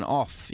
off